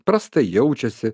prastai jaučiasi